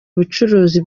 ubucuruzi